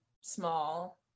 small